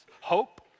hope